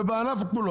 ובענף כולו.